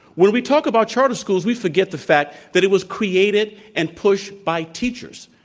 when we talk about charter schools, we forget the fact that it was created and pushed by teachers.